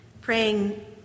praying